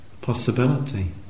possibility